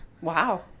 Wow